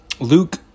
Luke